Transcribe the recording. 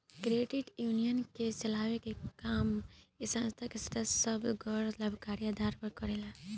credit union के चलावे के काम ए संस्था के सदस्य सभ गैर लाभकारी आधार पर करेले